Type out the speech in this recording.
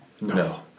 No